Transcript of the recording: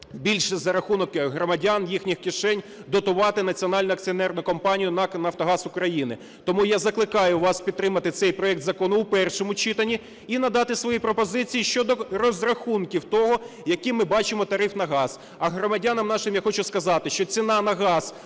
більше за рахунок громадян, їхніх кишень, дотувати Національну акціонерну компанію НАК "Нафтогаз України". Тому я закликаю вас підтримати цей проект закону у першому читанні і надати свої пропозиції щодо розрахунків того, яким ми бачимо тариф на газ. А громадянам нашим я хочу сказати, що ціна на газ